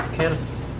canisters.